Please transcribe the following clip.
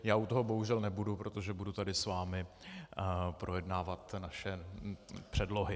Já u toho bohužel nebudu, protože budu tady s vámi projednávat naše předlohy.